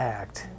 act